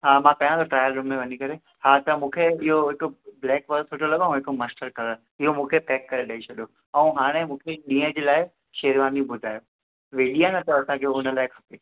हा मां कयां थो ट्रायल रूम में वञी करे हा तव्हां मूंखे इहो हिकु ब्लेक वारो सुठो लॻो ऐं हिकु मस्टड कलर इहो मूंखे पेक करे ॾेई छॾियो ऐं हाणे मूंखे ॾींहं जे लाइ शेरवानी ॿुधायो वेॾी आहे न त असांखे हुन लाइ खपे